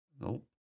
Nope